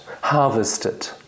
harvested